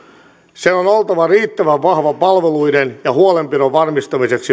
on oltava riittävän vahva palveluiden ja huolenpidon varmistamiseksi